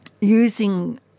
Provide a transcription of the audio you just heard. using